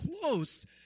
close